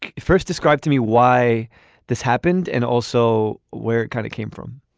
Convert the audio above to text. first describe to me why this happened and also where it kind of came from